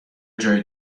جای